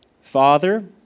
Father